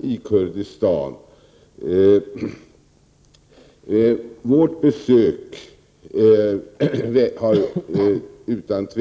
i Kurdistan. Vårt besök har utan tvivel väckt stor 69 Prot.